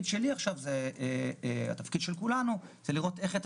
ועכשיו התפקיד של כולנו הוא לראות איך אנחנו ממשיכים